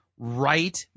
Right